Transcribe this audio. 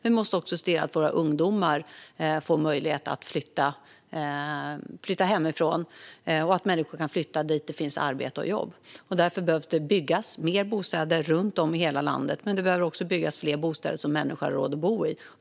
Vi måste också se till att våra ungdomar får möjlighet att flytta hemifrån och att människor kan flytta dit där det finns jobb. Därför behöver det byggas mer bostäder runt om i hela landet. Det behöver också byggas fler bostäder som människor har råd att bo i.